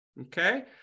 Okay